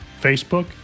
Facebook